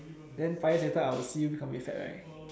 then five years later I will see you right